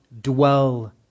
dwell